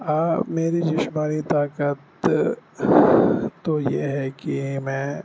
میری جسمانی طاقت تو یہ ہے کہ میں